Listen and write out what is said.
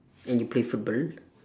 then you play football